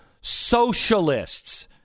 socialists